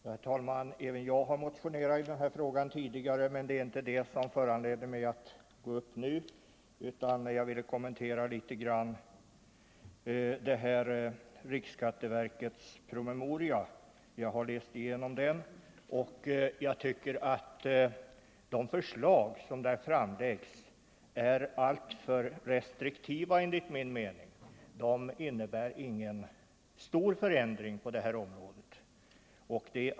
Herr talman! Även jag har motionerat i denna fråga tidigare, men det är inte det som föranleder mig att gå upp nu, utan jag vill bara något kommentera riksskatteverkets promemoria. Jag har läst igenom promemorian och tycker att de förslag som där framläggs är alltför restriktiva. De innebär ingen stor förändring på detta område.